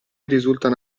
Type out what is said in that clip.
risultano